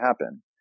happen